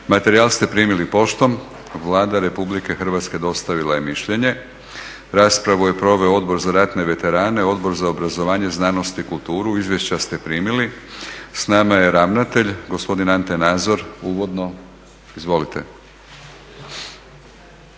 Materijal ste primili poštom. Vlada Republike Hrvatske dostavila je mišljenje. Raspravu je proveo Odbor za ratne veterane, Odbor za obrazovanje, znanost i kulturu. Izvješća ste primili. S nama je ravnatelj gospodin Ante Nazor. Uvodno? Izvolite.